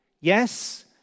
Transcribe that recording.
Yes